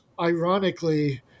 ironically